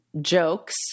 jokes